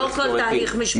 לא כל תהליך משפטי, לא נכון.